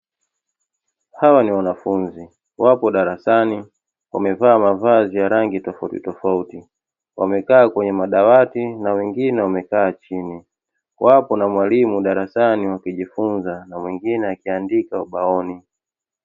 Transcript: Hawa ni wanafunzi wapo darasani wamevaa mavazi ya rangi tofauti tofauti wamekaa kwenye madawati na wengine wamekaa chini, wapo na mwalimu darasani wakijifunza na mwingine akiandika ubaoni.